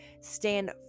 stand